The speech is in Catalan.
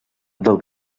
del